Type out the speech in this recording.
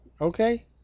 Okay